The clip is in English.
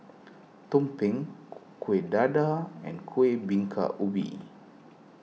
Tumpeng Kueh Dadar and Kueh Bingka Ubi